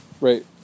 Right